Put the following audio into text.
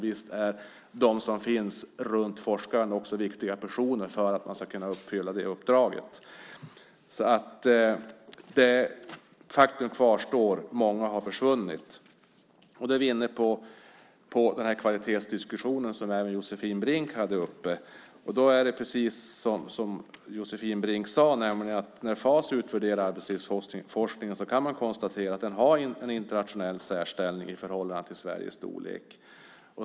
Visst är de som finns runt forskaren också viktiga personer för att man ska kunna uppfylla sitt uppdrag. Faktum kvarstår: Många har försvunnit. Josefin Brink tog upp kvalitetsdiskussionen. Precis som hon sade kan man i Fas utvärdering konstatera att arbetslivsforskningen har en internationell särställning i förhållande till Sveriges storlek.